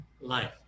life